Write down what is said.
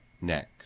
neck